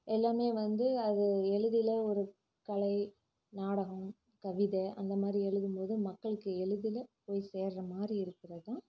எல்லாமே வந்து அது எளிதில் ஒரு கலை நாடகம் கவிதை அந்த மாதிரி எழுதும்போது மக்களுக்கு எளிதில் போய் சேருற மாதிரி இருக்கிறதான்